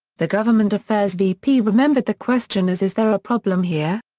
the government affairs vp remembered the question as is there a problem here?